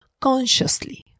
consciously